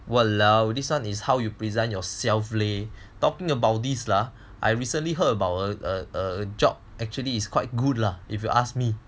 !walao! this one is how you present yourself leh talking about this lah I recently heard about a a job actually is quite good lah if you ask me